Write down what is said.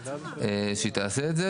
יכול לבקש להעביר.